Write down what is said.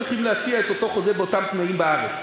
צריכים להציע את אותו חוזה באותם תנאים בארץ.